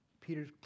Peter